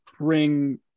bring